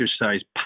exercise